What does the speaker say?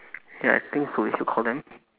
ya I think so we should call them